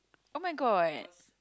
oh-my-god